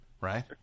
Right